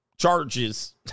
Charges